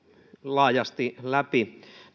laajasti läpi